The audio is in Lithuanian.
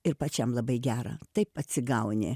ir pačiam labai gera taip atsigauni